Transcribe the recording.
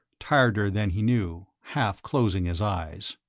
tireder than he knew, half-closing his eyes.